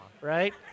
right